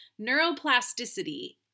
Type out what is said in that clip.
neuroplasticity